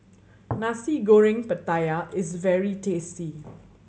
Nasi Goreng Pattaya is very tasty